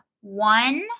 one